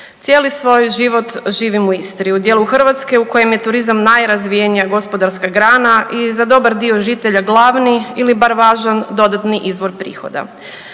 Cijeli svoj život živim u Istri, u dijelu Hrvatske u kojem je turizam najrazvijenija gospodarska grana i za dobar dio žitelja glavni ili bar važan dodatni izvor prihoda.